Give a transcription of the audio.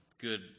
Good